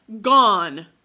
gone